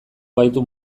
gaitu